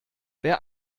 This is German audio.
wer